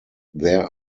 there